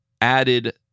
added